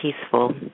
peaceful